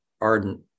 ardent